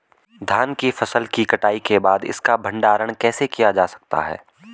धान की फसल की कटाई के बाद इसका भंडारण कैसे किया जा सकता है?